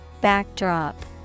Backdrop